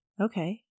Okay